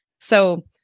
So-